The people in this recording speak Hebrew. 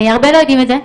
הרבה לא יודעים את זה.